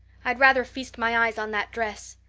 i'd rather feast my eyes on that dress.